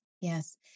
yes